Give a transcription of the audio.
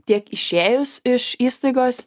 tiek išėjus iš įstaigos